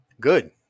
Good